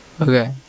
Okay